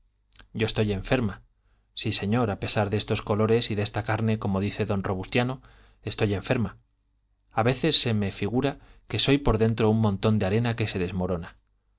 yo estoy enferma sí señor a pesar de estos colores y de esta carne como dice don robustiano estoy enferma a veces se me figura que soy por dentro un montón de arena que se desmorona